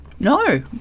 No